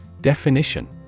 Definition